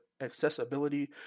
accessibility